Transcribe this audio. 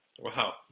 Wow